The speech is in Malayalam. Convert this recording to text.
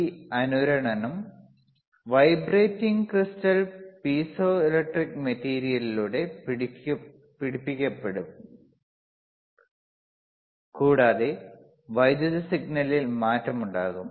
ഈ അനുരണനം വൈബ്രേറ്റിംഗ് ക്രിസ്റ്റൽ പീസോ ഇലക്ട്രിക് മെറ്റീരിയലിലൂടെ പിടിക്കപ്പെടും കൂടാതെ വൈദ്യുത സിഗ്നലിൽ മാറ്റമുണ്ടാകും